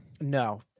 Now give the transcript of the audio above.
No